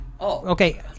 Okay